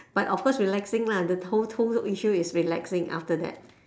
but of course relaxing lah the total issue is relaxing after that